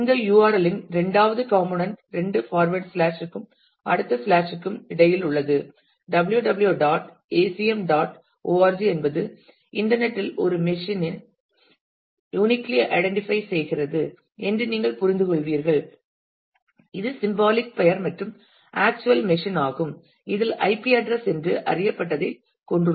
இந்த URL இன் இரண்டாவது காம்போணண்ட் இரண்டு ஃபார்வர்ட் ஸ்லாஷ் க்கும் அடுத்த ஸ்லாஷிற்கும் இடையில் உள்ளது www dot acm dot org என்பது இன்டர்நெட் இல் ஒரு மெஷின் ஐ யூனிக்கிலி ஐடென்டிபை செய்கிறது என்று நீங்கள் புரிந்துகொள்வீர்கள் இது சிம்பாலிக் பெயர் மற்றும் ஆக்சுவல் மெஷின் ஆகும் இதில் ஐபி அட்ரஸ் என்று அறியப்பட்டதைக் கொண்டுள்ளது